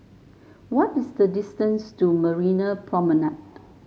what is the distance to Marina Promenade